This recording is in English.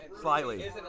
Slightly